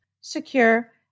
secure